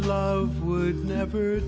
love would never